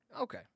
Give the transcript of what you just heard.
Okay